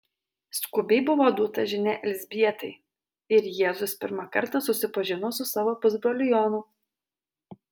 skubiai buvo duota žinia elzbietai ir jėzus pirmą kartą susipažino su savo pusbroliu jonu